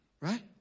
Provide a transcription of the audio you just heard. Right